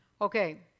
Okay